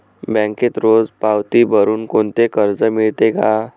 बँकेत रोज पावती भरुन कोणते कर्ज मिळते का?